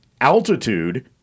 Altitude